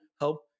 help